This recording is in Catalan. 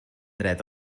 dret